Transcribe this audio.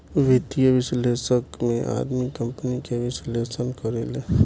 वित्तीय विश्लेषक में आदमी कंपनी के विश्लेषण करेले